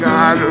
God